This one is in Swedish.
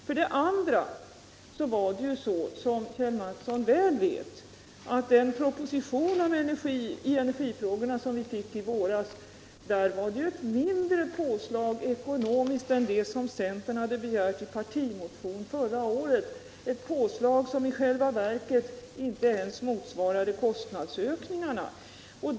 Som Kjell Mattsson vet innehöll den proposition om energisparåtgärder som riksdagen fick i våras ett mindre ekonomiskt påslag än det som centern hade begärt i en partimotion förra året — påslaget motsvarade i själva verket inte ens kostnadsökningen.